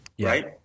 Right